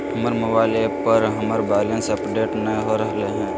हमर mobile app पर हमर बैलेंस अपडेट नय हो रहलय हें